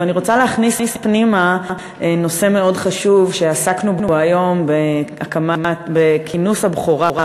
ואני רוצה להכניס פנימה נושא מאוד חשוב שעסקנו בו היום בכינוס הבכורה,